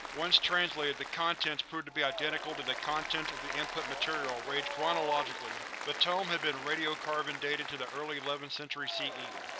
once translated, the contents proved to be identical to the contents of the input material, arranged chronologically. the but tome has been radiocarbon dated to the early eleventh century c e.